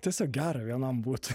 tiesiog gera vienam būt